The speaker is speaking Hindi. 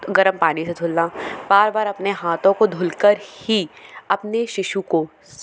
गर्म पानी से धुलना बार बार अपने हाथों को धुलकर ही अपने शिशु को